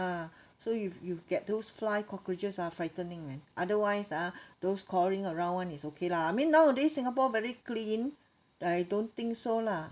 ah so if you get those fly cockroaches ah frightening man otherwise ah those crawling around [one] is okay lah I mean nowadays singapore very clean I don't think so lah